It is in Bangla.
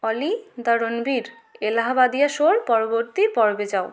অলি দা রণবীর এলাহাবাদিয়া শোর পরবর্তী পর্বে যাও